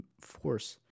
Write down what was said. force